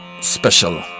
special